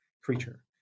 creature